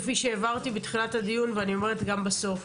כפי שהבהרתי בתחילת הדיון ואני אומרת את זה גם בסוף,